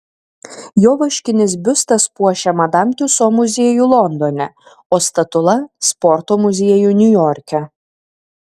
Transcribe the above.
jo vaškinis biustas puošia madam tiuso muziejų londone o statula sporto muziejų niujorke